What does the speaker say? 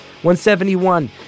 171